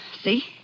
See